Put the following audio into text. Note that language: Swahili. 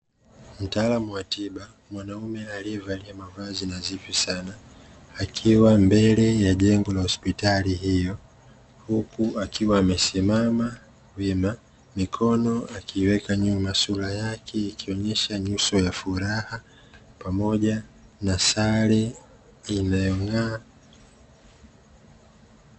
Mtaalamu wa tiba (mwanaume) aliyevalia mavazi nadhifu sana, akiwa mbele ya jengo la hospitali hiyo huku akiwa amesimama wima, mikono akiweka nyuma, sura yake ikionyesha nyuso ya furaha pamoja na sare inayong'aa.